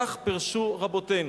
כך פירשו רבותינו.